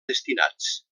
destinats